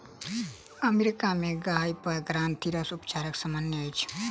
America में गाय पर ग्रंथिरस उपचार सामन्य अछि